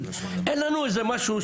לא אומרים לנו זה הקו,